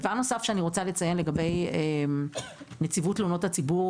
דבר נוסף שאני רוצה לציין לגבי נציבות תלונות הציבור